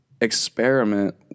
experiment